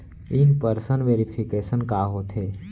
In person verification का होथे?